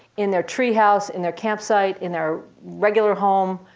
in their tree house, in their campsite, in their regular home,